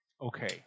Okay